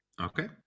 Okay